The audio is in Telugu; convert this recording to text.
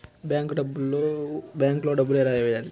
బ్యాంక్లో డబ్బులు ఎలా వెయ్యాలి?